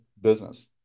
business